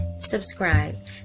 subscribe